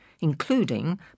including